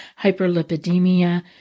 hyperlipidemia